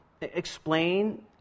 explain